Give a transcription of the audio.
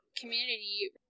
community